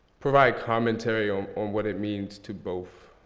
provide commentary um on what it means to both